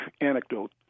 anecdote